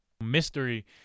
mystery